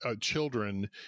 children